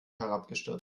herabgestürzt